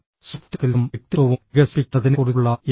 soft സ്കിൽസും വ്യക്തിത്വവും വികസിപ്പിക്കുന്നതിനെക്കുറിച്ചുള്ള എൻ